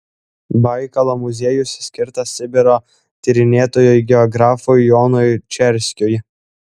baikalo muziejus skirtas sibiro tyrinėtojui geografui jonui čerskiui